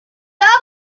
out